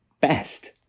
best